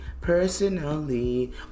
personally